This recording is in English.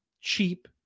cheap